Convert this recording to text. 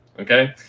okay